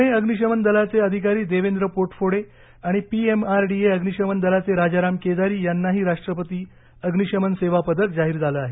पुणे अग्निशमन दलाचे अधिकारी देवेंद्र पोटफोडे आणि पीएमआरडीए अग्निशमन दलाचे राजाराम केदारी यांनाही राष्ट्रपती अग्निशमन सेवा पदक जाहीर झाले आहे